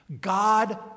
God